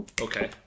Okay